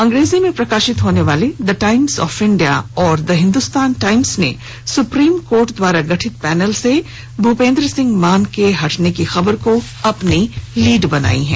अंग्रेजी में प्रकाशित दी टाईम्स ऑफ इंडिया और हिंदुस्तान टाईम्स ने सुप्रीम कोर्ट द्वारा गठित पैनल से भूपेन्द्र सिंह मान के हटने की खबर को अपनी लीड बनाई है